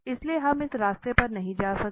इसलिए हम इस रास्ते पर नहीं जा सकते